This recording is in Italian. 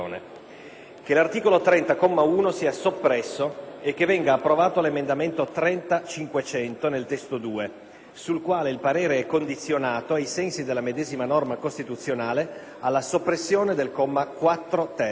che l'articolo 30, comma 1, sia soppresso e che venga approvato 1'emendamento 30.500 (testo 2), sul quale il parere è condizionato, ai sensi della medesima norma costituzionale, alla soppressione del comma 4*-ter*;